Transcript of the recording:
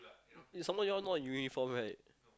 some more you all not in uniform right